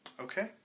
Okay